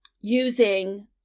using